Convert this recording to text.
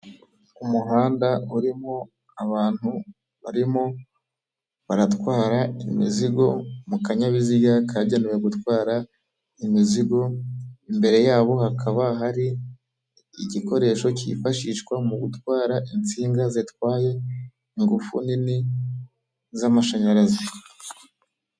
Umuhanda urimo abantu barimo baratwara imizigo mu kanyabiziga kagenewe gutwara imizigo, imbere yabo hakaba hari igikoresho cyifashishwa mu gutwara insinga zitwaye ingufu nini z'amashanyarazi.